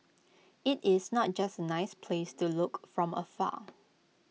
IT is not just A nice place to look from afar